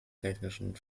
technischen